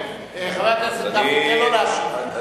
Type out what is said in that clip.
חבר הכנסת גפני, תן לו להשיב.